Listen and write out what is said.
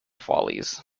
follies